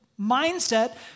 mindset